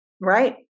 Right